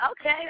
Okay